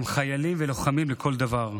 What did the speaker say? הם חיילים ולוחמים לכל דבר.